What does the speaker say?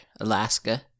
Alaska